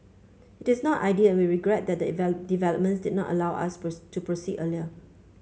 it is not ideal we regret that the developments did not allow us burst to proceed earlier